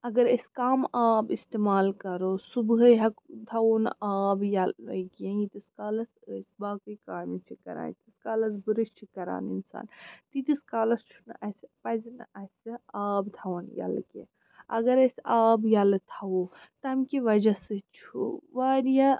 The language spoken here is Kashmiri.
اگر أسۍ کَم آب استعمال کَرو صُبحٲے ہیک تھاوو نہٕ آب یَلٔے کیٚنٛہہ ییٖتِس کالَس أسۍ باقٕے کامہِ چھِ کَران ییٖتِس کالس بُرش چھُ کَران اِنسان تیٖتِس کالَس چھُنہٕ اسہِ پَزِ نہٕ اسہِ آب تھاوُن یَلہٕ کیٚنٛہہ اَگر أسۍ آب یَلہٕ تھاوو تَمہِ کہِ وَجہ سۭتۍ چھُ واریاہ